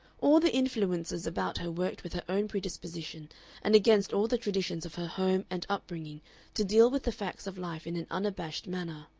all the influences about her worked with her own predisposition and against all the traditions of her home and upbringing to deal with the facts of life in an unabashed manner.